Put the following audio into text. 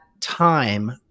time